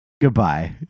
Goodbye